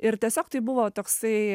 ir tiesiog tai buvo toksai